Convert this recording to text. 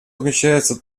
отмечается